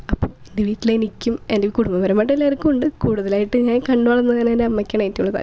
അപ്പോൾ എൻ്റെ വീട്ടിലെനിക്കും എൻ്റെ കുടുംബപരമായിട്ട് എല്ലാവർക്കുണ്ട് കൂടുതലായിട്ടും ഞാൻ കണ്ടുവളർന്നതുതന്നെ എൻ്റെ അമ്മയ്ക്കാണ് എറ്റവുമുള്ള താല്പര്യം